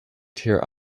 tier